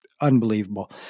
unbelievable